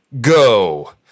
go